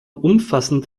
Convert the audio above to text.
umfassend